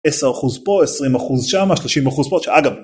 10% פה, 20% שם, 30% פה, שאגב.